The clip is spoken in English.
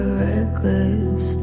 reckless